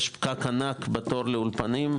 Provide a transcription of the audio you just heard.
יש פקק ענק בתור לאולפנים.